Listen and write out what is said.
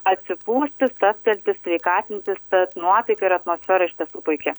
atsipūsti stabtelti sveikatintis tad nuotaika ir atmosfera iš tiesų puiki